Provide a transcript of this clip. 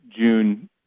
June